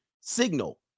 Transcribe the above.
signal